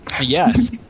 Yes